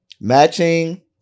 Matching